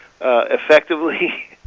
effectively